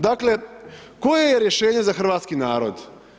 Dakle, koje je rješenje za hrvatski narod?